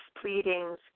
pleadings